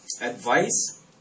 advice